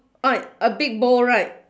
a big bowl right